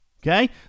Okay